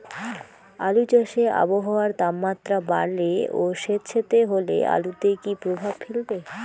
আলু চাষে আবহাওয়ার তাপমাত্রা বাড়লে ও সেতসেতে হলে আলুতে কী প্রভাব ফেলবে?